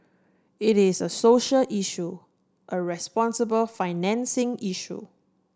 it is a social issue a responsible financing issue